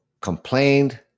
complained